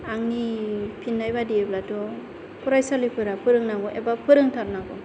आंनि फिननाय बादियैब्लाथ' फरायसालिफोरा फोरोंनांगौ एबा फोरोंथारनांगौ